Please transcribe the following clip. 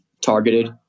targeted